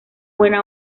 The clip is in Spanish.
buena